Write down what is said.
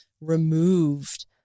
removed